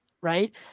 right